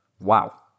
Wow